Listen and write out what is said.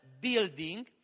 building